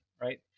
right